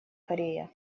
корея